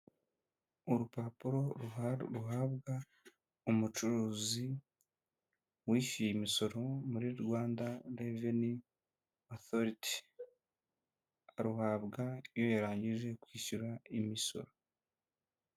Urupapuro ruhabwa umucuruzi wishyuye imisoro muri Rwanda Reveni Otoriti uhabwa iyo yarangije kwishyura imisoro.